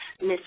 Miss